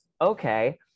okay